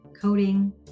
coding